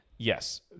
Yes